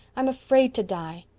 i'm afraid to die.